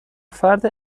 فرد